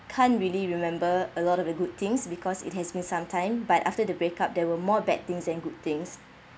can't really remember a lot of uh good things because it has been some time but after the break up there were more bad things than good things